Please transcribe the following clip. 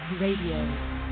Radio